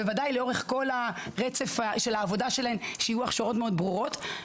ובוודאי לאורך כל הרצף של העבודה שלהן שיהיו הכשרות מאוד ברורות.